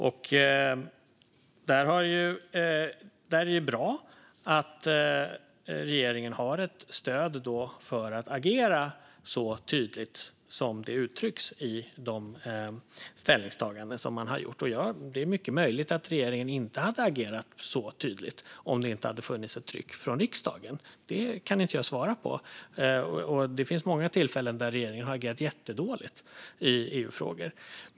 Då är det bra att regeringen har ett stöd för att agera så tydligt som det uttrycks i de ställningstaganden som har gjorts. Det är mycket möjligt att regeringen inte hade agerat så tydligt om det inte hade funnits ett tryck från riksdagen, men det kan jag inte svara på. Det finns många tillfällen där regeringen har agerat jättedåligt i EU-frågor.